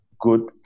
good